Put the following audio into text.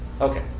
Okay